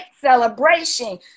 celebration